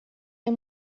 der